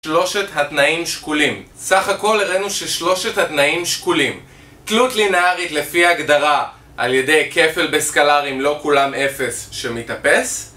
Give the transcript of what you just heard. שלושת התנאים שקולים סך הכל הראינו ששלושת התנאים שקולים תלות לינארית לפי הגדרה על ידי כפל בסקלאר אם לא כולם אפס שמתאפס